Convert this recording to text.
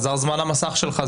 חזר זמן המסך שלך,